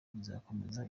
izakomeza